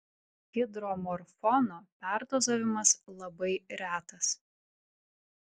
hidromorfono perdozavimas labai retas